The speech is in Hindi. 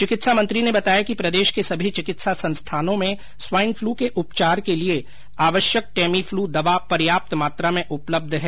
चिकित्सा मंत्री ने बताया कि प्रदेश के सभी चिकित्सा संस्थानों में स्वाईन फ्लू के उपचार के लिए आवश्यक टेमीफ्लू दवा पर्याप्त मात्रा में उपलब्ध है